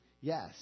yes